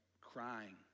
crying